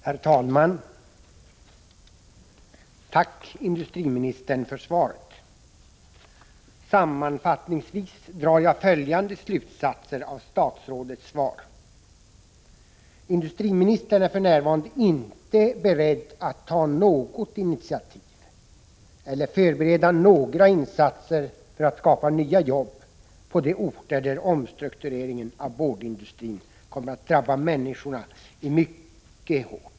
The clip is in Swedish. Herr talman! Tack, industriministern, för svaret. Sammanfattningsvis drar jag följande slutsatser av statsrådets svar. Industriministern är för närvarande inte beredd att ta något initiativ eller förbereda några insatser för att skapa nya jobb på de orter där omstruktureringen av boardindustrin kommer att drabba människorna mycket hårt.